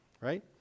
right